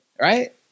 Right